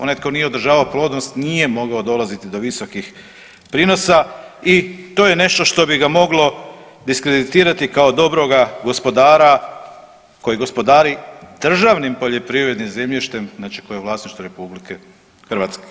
Onaj tko nije održavao plodnost nije mogao dolaziti do visokih prinosa i to je nešto što bi ga moglo diskreditirati kao dobroga gospodara koji gospodari državnih poljoprivrednim zemljištem, znači koje je vlasništvo RH.